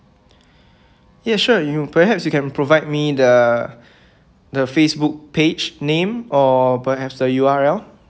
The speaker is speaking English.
ya sure you perhaps you can provide me the the Facebook page name or perhaps the U_R_L